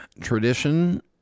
tradition